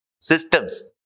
systems